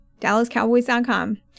DallasCowboys.com